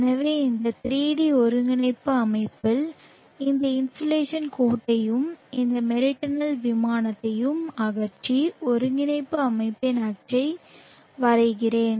எனவே இந்த 3 டி ஒருங்கிணைப்பு அமைப்பில் இந்த இன்சோலேஷன் கோட்டையும் இந்த மெரிடனல் விமானத்தையும் அகற்றி ஒருங்கிணைப்பு அமைப்பின் அச்சை வரையறுக்கிறேன்